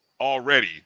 already